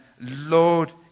Lord